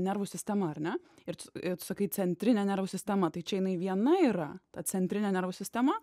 nervų sistema ar ne ir tu ir tu sakai centrinę nervų sistemą tai čia jinai viena yra ta centrinė nervų sistema